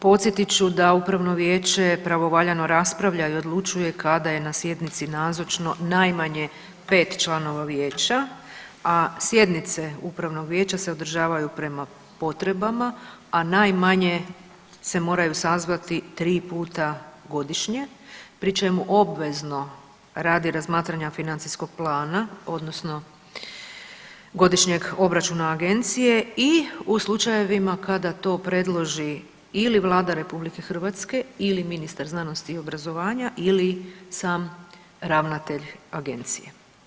Podsjetit ću da upravno vijeće pravovaljano raspravlja i odlučuje kada je na sjednici nazočno najmanje 5 članova vijeća, a sjednice upravnog vijeća se održavaju prema potrebama, a najmanje se moraju sazvati tri puta godišnje pri čemu obvezno radi razmatranja financijskog plana odnosno godišnjeg obračuna agencije i u slučajevima kada to predloži ili Vlada RH ili ministar znanosti i obrazovanja ili sam ravnatelj agencije.